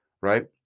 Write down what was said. right